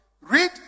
Read